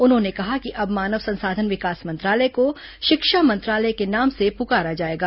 उन्होंने कहा कि अब मानव संसाधन विकास मंत्रालय को शिक्षा मंत्रालय के नाम से पुकारा जाएगा